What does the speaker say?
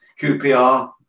QPR